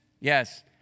yes